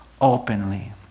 openly